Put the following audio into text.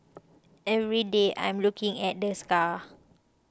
every day I'm looking at the scar